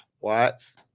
Watts